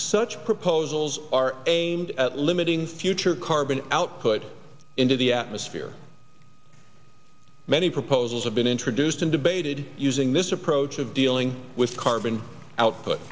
such proposals are a at limiting future carbon output into the atmosphere many proposals have been introduced and debated using this approach of dealing with carbon output